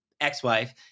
ex-wife